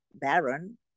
baron